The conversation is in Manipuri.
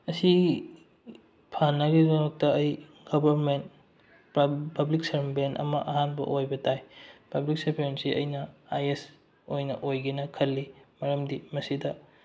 ꯑꯁꯤ ꯐꯅꯕꯒꯤꯗꯃꯛꯇ ꯑꯩ ꯒꯕꯔꯃꯦꯟ ꯄꯕ꯭ꯂꯤꯛ ꯁꯔꯕꯦꯟ ꯑꯃ ꯑꯍꯥꯟꯕ ꯑꯣꯏꯕ ꯇꯥꯏ ꯄꯕ꯭ꯂꯤꯛ ꯁꯔꯕꯦꯟꯁꯤ ꯑꯩꯅ ꯑꯥꯏ ꯑꯦꯁ ꯑꯣꯏꯅ ꯑꯣꯏꯒꯦꯅ ꯈꯜꯂꯤ ꯃꯔꯝꯗꯤ ꯃꯁꯤꯗ